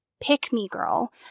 pick-me-girl